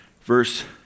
verse